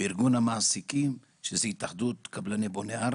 וארגון המעסיקים שזה התאחדות בוני הארץ,